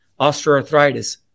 osteoarthritis